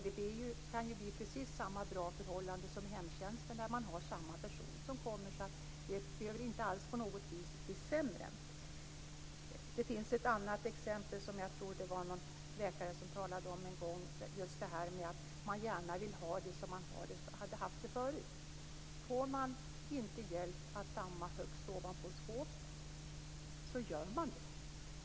Det kan bli precis samma bra förhållande som med hemtjänsten där man har samma person som kommer. Det behöver inte på något vis bli sämre. Jag kan ge ett annat exempel, som jag tror att en läkare talade om en gång, på att man gärna vill ha det som man haft det förut. Får man inte hjälp att damma högst uppe på skåpet, så gör man det själv.